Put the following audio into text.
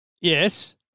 Yes